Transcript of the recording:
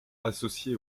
associé